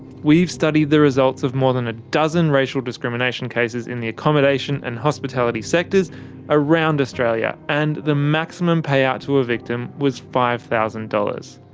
we've studied the results of more than a dozen racial discrimination cases in the accommodation and hospitality sectors around australia, and the maximum pay out to a victim was five thousand dollars.